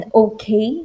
okay